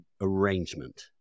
arrangement